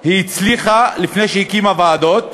היא הצליחה לפני שהיא הקימה ועדות